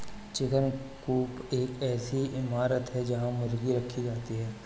chicken coop एक ऐसी इमारत है जहां मुर्गियां रखी जाती हैं